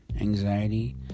anxiety